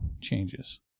changes